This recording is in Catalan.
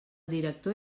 director